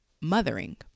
Mothering